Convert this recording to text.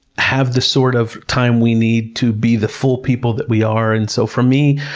have the sort of time we need to be the full people that we are. and so for me,